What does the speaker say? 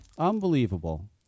Unbelievable